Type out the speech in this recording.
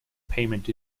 payment